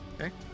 Okay